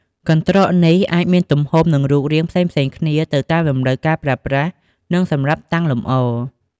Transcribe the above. កន្ត្រកនេះអាចមានទំហំ និងរូបរាងផ្សេងៗគ្នា ទៅតាមតម្រូវការប្រើប្រាស់ និងសម្រាប់តាំងលម្អ។